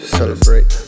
celebrate